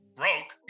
broke